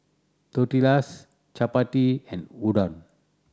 Tortillas Chapati and Udon